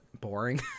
boring